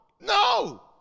No